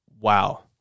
Wow